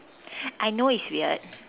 I know it's weird